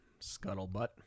Scuttlebutt